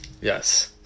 Yes